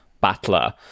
battler